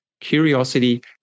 curiosity